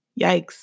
Yikes